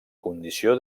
condició